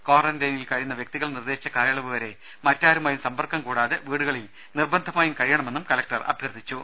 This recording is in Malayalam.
ക്വാറന്റൈനിൽ കഴിയുന്ന വ്യക്തികൾ നിർദേശിച്ച കാലയളവ് വരെ മറ്റാരുമായും സമ്പർക്കം കൂടാതെ വീടുകളിൽ നിർബന്ധമായും കഴിയണമെന്നും കലക്ടർ അഭ്യർഥിച്ചു